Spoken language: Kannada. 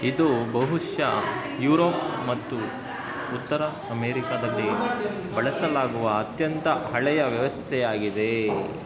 ಇದು ಬಹುಶಃ ಯುರೋಪ್ ಮತ್ತು ಉತ್ತರ ಅಮೆರಿಕದಲ್ಲಿ ಬಳಸಲಾಗುವ ಅತ್ಯಂತ ಹಳೆಯ ವ್ಯವಸ್ಥೆಯಾಗಿದೆ